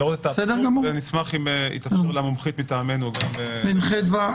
אני אשמח אם יתאפשר למומחית מטעמנו גם לדבר.